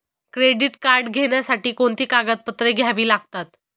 Credit card घेण्यासाठी कोणती कागदपत्रे घ्यावी लागतात?